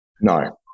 No